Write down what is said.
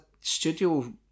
studio